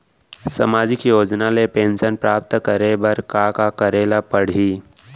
सामाजिक योजना ले पेंशन प्राप्त करे बर का का करे ल पड़ही?